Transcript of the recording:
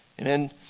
Amen